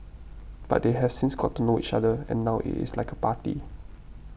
but they have since got to know each other and now it is like a party